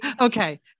Okay